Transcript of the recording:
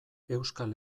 euskal